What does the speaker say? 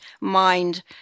mind